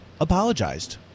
apologized